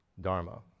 dharma